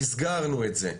מסגרנו את זה.